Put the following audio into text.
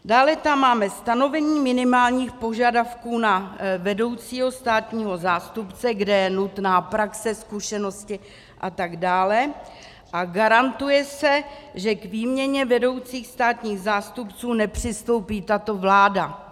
Dále tam máme stanovení minimálních požadavků na vedoucího státního zástupce, kde je nutná praxe, zkušenosti atd., a garantuje se, že k výměně vedoucích státních zástupců nepřistoupí tato vláda.